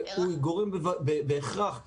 הוא גורם בהכרח לרדידות.